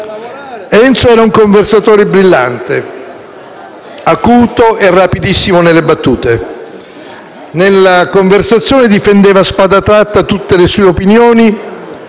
Enzo era un conversatore brillante, acuto e rapidissimo nelle battute. Nella conversazione difendeva a spada tratta tutte le sue opinioni